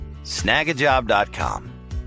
snagajob.com